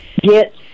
get